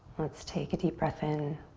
let's take a deep breath in